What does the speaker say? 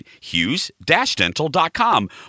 hughes-dental.com